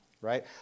Right